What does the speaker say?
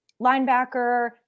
linebacker